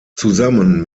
zusammen